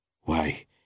Why